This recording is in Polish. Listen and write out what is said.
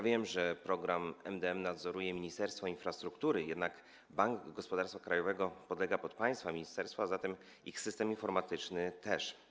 Wiem, że MdM nadzoruje Ministerstwo Infrastruktury, jednak Bank Gospodarstwa Krajowego podlega państwa ministerstwu, a zatem ich system informatyczny też.